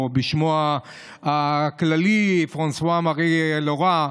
או בשמו הכללי פרנסואה-מארי ארואה,